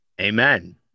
amen